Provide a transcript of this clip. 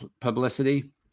publicity